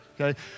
okay